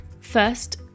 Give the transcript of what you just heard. First